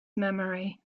memory